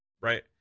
Right